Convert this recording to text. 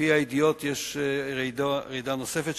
לפי הידיעות יש רעידה נוספת,